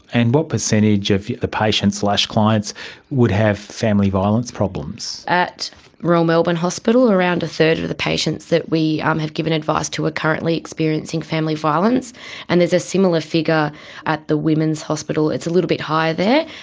and what percentage of the patients clients would have family violence problems? at royal melbourne hospital around a third of of the patients that we um have given advice to are ah currently experiencing family violence and there's a similar figure at the women's hospital. it's a little bit higher there.